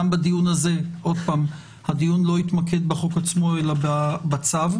גם בדיון הזה הדיון לא יתמקד בחוק עצמו, אלא בצו.